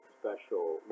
special